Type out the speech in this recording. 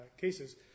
cases